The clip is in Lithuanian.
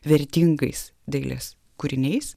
vertingais dailės kūriniais